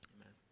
Amen